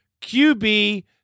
QB